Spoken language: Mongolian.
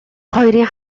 хоёрын